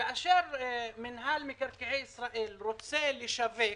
כאשר רשות מקרקעי ישראל רוצה לשווק